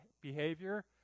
behavior